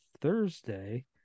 Thursday